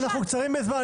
אנחנו קצרים בזמן.